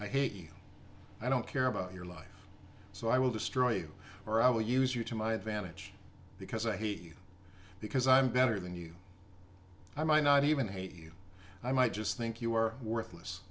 i hate you i don't care about your life so i will destroy you or i will use you to my advantage because i hate you because i'm better than you i might not even hate you i might just think you are worthless